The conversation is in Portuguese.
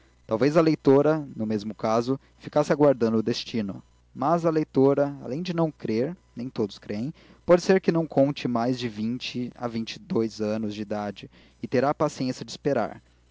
talvez a leitora no mesmo caso ficasse aguardando o destino mas a leitora além de não crer nem todos creem pode ser que não conte mais de vinte a vinte e dois anos de idade e terá a paciência de esperar